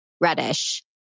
reddish